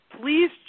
please